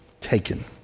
taken